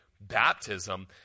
baptism